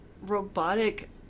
robotic